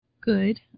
good